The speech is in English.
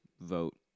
vote